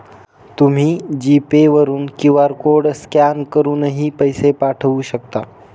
तुम्ही G Pay वरून QR code scan करूनही पैसे पाठवू शकता